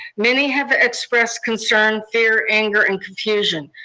many have ah expressed concern, fear, anger, and confusion.